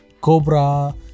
Cobra